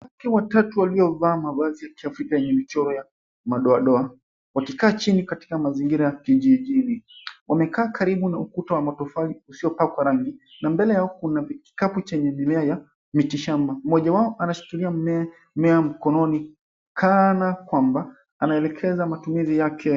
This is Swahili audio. Wanawake watatu waliovaa mavazi ya kiafrika yenye michoro ya madoadoa wakikaa chini katika mazingira ya kijijini. Wamekaa karibu na ukuta wa matofali usiopakwa rangi na mbele yao kuna vikapu chenye mimea ya mitishamba. Mmoja wao anashikilia mmea mkononi kana kwamba anaelekeza matumizi yake.